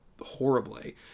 horribly